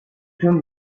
tüm